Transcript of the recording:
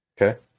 Okay